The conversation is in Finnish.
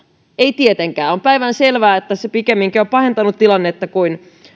ei tietenkään on päivänselvää että se pikemminkin on pahentanut tilannetta kuin